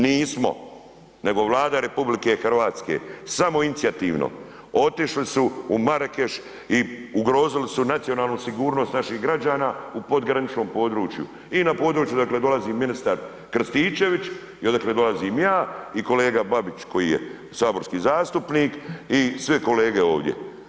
Nismo, nego Vlada RH samoinicijativno, otišli su u Marakeš i ugrozili su nacionalnu sigurnost naših građana u podgraničnom području i na području odakle dolazi ministar Krstičević i odakle dolazim ja i kolega Babić koji je saborski zastupnik i sve kolege ovdje.